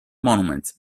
monument